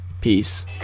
Peace